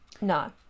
No